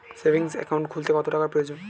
Savings account খুলতে কত টাকার প্রয়োজন?